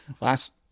last